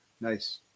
Nice